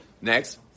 Next